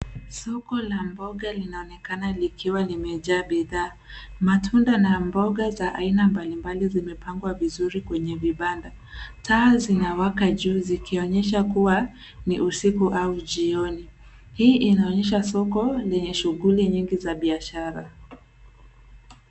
Soko la mboga linaonekana likiwa limejaa bidhaa. Matunda na mboga za aina mbalimbali zimepangwa vizuri kwenye vibanda. Taa zinawaka juu zikionyesha kuwa ni usiku au jioni. Hii inaonyesha soko lenye shughuli nyingi za biashara.